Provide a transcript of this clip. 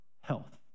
health